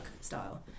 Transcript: style